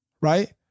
right